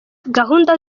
gahunda